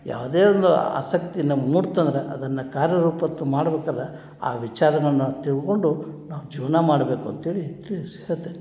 ಯಾವುದೇ ಒಂದು ಆಸಕ್ತಿನ ಮೂಡ್ತು ಅಂದ್ರೆ ಅದನ್ನು ಕಾರ್ಯ ರೂಪ ಮಾಡ್ಬೇಕಾರೆ ಆ ವಿಚಾರಗಳನ್ನ ತಿಳ್ಕೊಂಡು ನಾವು ಜೀವನ ಮಾಡಬೇಕು ಅಂಥೇಳಿ ತಿಳಿಸಿ ಹೇಳ್ತೀನಿ